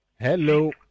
Hello